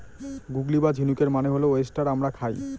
গুগলি বা ঝিনুকের মানে হল ওয়েস্টার আমরা খাই